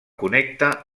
connecta